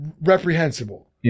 reprehensible